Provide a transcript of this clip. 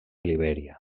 libèria